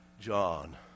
John